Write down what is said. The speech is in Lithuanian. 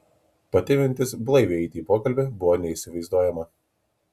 pati mintis blaiviai eiti į pokalbį buvo neįsivaizduojama